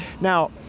now